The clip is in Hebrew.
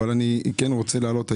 אני רוצה להעלות נושא.